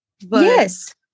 Yes